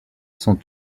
sont